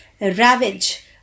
ravage